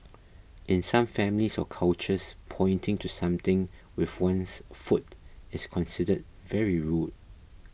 in some families or cultures pointing to something with one's foot is considered very rude